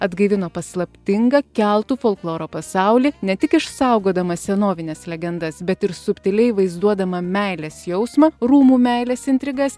atgaivino paslaptingą keltų folkloro pasaulį ne tik išsaugodama senovines legendas bet ir subtiliai vaizduodama meilės jausmą rūmų meilės intrigas